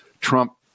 Trump